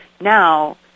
now